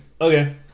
okay